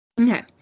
Okay